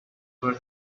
were